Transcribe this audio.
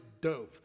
dove